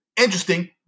interesting